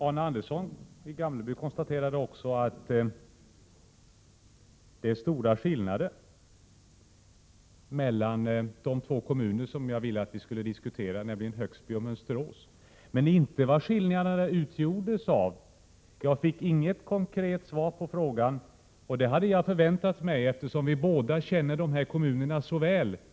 Arne Andersson konstaterade också att det är stora skillnader mellan de två kommuner som jag ville att vi skulle diskutera, nämligen Högsby och Mönsterås. Men han sade inte vad skillnaderna utgjordes av. Jag fick inget konkret svar på frågan. Det hade jag förväntat mig, eftersom vi båda känner de här kommunerna mycket väl.